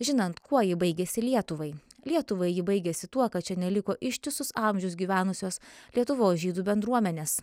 žinant kuo ji baigėsi lietuvai lietuvai ji baigėsi tuo kad čia neliko ištisus amžius gyvenusios lietuvos žydų bendruomenės